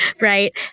right